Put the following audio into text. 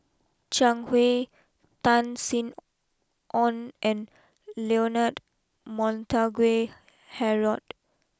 Zhang Hui Tan Sin Aun and Leonard Montague Harrod